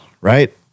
right